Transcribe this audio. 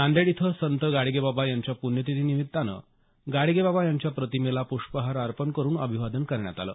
नांदेड इथं संत गाडगेबाबा यांच्या प्रण्यतिथीनिमित्त गाडगेबाबा यांच्या प्रतिमेला प्ष्पहार अर्पण करून अभिवादन करण्यात आलं